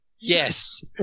Yes